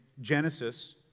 Genesis